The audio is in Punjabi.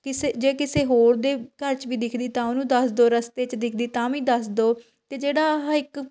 ਕਿਸੇ ਜੇ ਕਿਸੇ ਹੋਰ ਦੇ ਘਰ 'ਚ ਵੀ ਦਿਖਦੀ ਤਾਂ ਉਹਨੂੰ ਦੱਸ ਦਿਉ ਰਸਤੇ 'ਚ ਦਿਖਦੀ ਤਾਂ ਵੀ ਦੱਸ ਦਿਉ ਅਤੇ ਜਿਹੜਾ ਆਹ ਇੱਕ